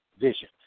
vision